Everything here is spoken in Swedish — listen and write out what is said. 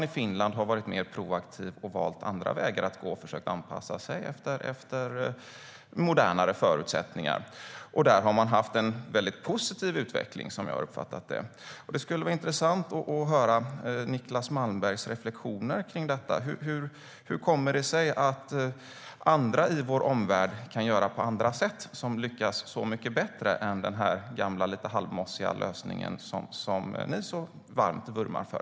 I Finland har man varit mer proaktiv och valt andra vägar att gå och försökt anpassa sig efter modernare förutsättningar. Där har man haft en väldigt positiv utveckling, som jag har uppfattat det. Det skulle vara intressant att höra Niclas Malmbergs reflektioner om detta. Hur kommer det sig att andra i vår omvärld kan göra på andra sätt och lyckas så mycket bättre än med den gamla, lite halvmossiga lösningen som ni så varmt vurmar för?